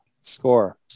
score